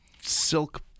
silk